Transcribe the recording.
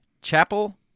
Chapel